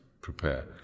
prepare